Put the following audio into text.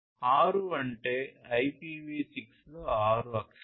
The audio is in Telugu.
6 అంటే IPv6 లోని 6 అక్షరం